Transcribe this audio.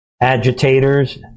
agitators